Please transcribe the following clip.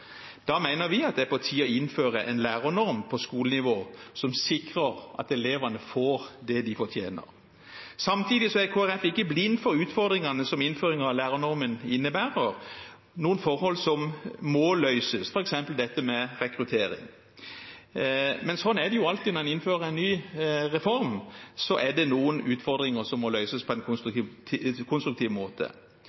Da mener vi det er på tide å innføre en lærernorm på skolenivå, som sikrer at elevene får det de fortjener. Samtidig er ikke Kristelig Folkeparti blind for utfordringene som innføringen av lærernormen innebærer – noen forhold som må løses, f.eks. dette med rekruttering. Men sånn er det alltid når man innfører en ny reform; det er noen utfordringer som må løses på en